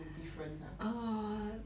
difference ah